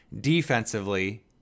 defensively